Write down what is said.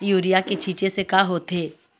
Urea के छींचे से का होथे?